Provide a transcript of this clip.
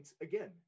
Again